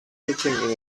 sitting